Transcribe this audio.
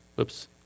Oops